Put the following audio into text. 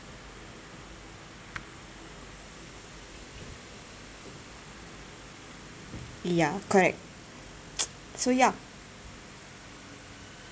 ya correct so ya